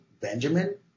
Benjamin